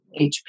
HP